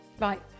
Right